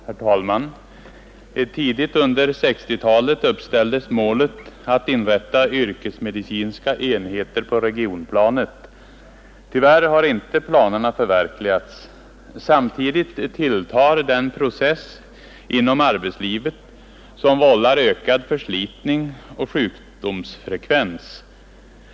Herr talman! Tidigt under 1960-talet uppställdes målet att inrätta yrkesmedicinska enheter på regionplanet. Tyvärr har inte planerna förverkligats. Samtidigt tilltar den process inom arbetslivet som vållar ökad förslitningsoch sjukdomsfrekvens.